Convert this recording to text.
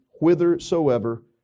whithersoever